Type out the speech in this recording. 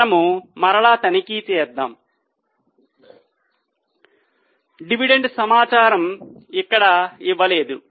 మనము మరల తనిఖీ చేద్దాం డివిడెండ్ సమాచారం ఇక్కడ ఇవ్వలేదు